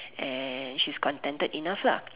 and she's contented enough lah